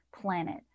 planet